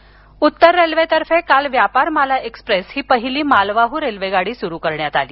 व्यापार माला उत्तर रेल्वेतर्फे काल व्यापारमाला एक्स्प्रेस ही पहिली मालवाहू रेल्वेगाडी सुरु करण्यात आली